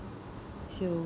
so